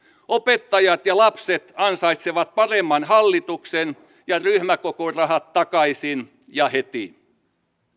opettajat ja lapset ansaitsevat paremman hallituksen ja ryhmäkokorahat takaisin ja heti